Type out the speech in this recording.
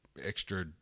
extra